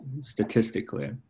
statistically